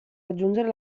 raggiungere